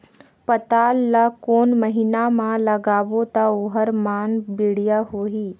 पातल ला कोन महीना मा लगाबो ता ओहार मान बेडिया होही?